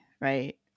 Right